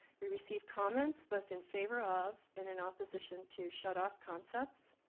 we received comments both in favor of in an opposition to shut-off concepts.